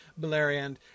Beleriand